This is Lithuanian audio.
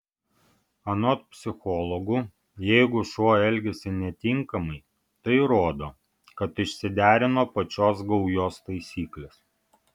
anot psichologų jeigu šuo elgiasi netinkamai tai rodo kad išsiderino pačios gaujos taisyklės